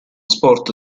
sport